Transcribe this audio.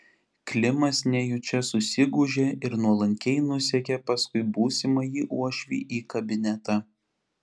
klimas nejučia susigūžė ir nuolankiai nusekė paskui būsimąjį uošvį į kabinetą